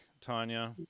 Tanya